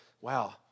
Wow